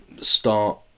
start